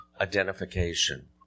identification